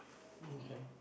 okay